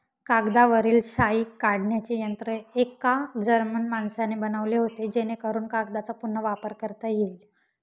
कागदावरील शाई काढण्याचे यंत्र एका जर्मन माणसाने बनवले होते जेणेकरून कागदचा पुन्हा वापर करता येईल